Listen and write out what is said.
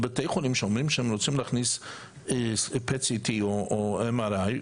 בתי החולים שאומרים שהם רוצים להכניס PET-CT או MRI,